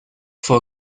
for